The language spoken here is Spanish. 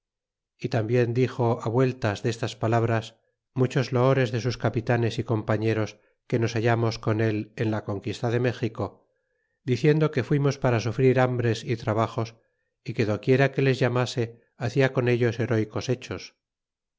y tambien dixo vueltas destas palabras muchos loores de sus capitanes y compañeros que nos hallamos con él en la conquista de méxico diciendo que fuimos para sufrir hambres y trabajos y que do quiera que les llamase hacia con ellos herbycos hechos